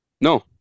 No